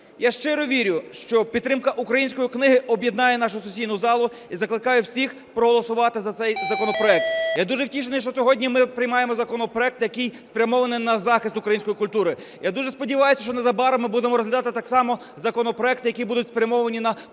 Я щиро вірю, що підтримка української книги об'єднає нашу сесійну залу і закликаю всіх проголосувати за цей законопроект. Я дуже втішений, що сьогодні ми приймаємо законопроект, який спрямований на захист української культури. Я дуже сподіваюсь, що незабаром ми будемо розглядати так само законопроекти, які будуть спрямовані на посилення